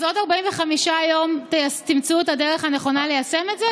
אז עוד 45 יום תמצאו את הדרך הנכונה ליישם את זה?